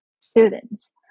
students